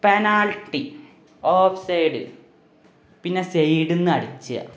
penalty offside പിന്നെ സൈഡിൽനിന്നടിച്ച